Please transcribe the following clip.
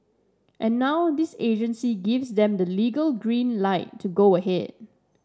and now this agency gives them the legal green light to go ahead